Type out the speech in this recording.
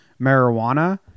marijuana